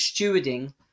stewarding